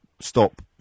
stop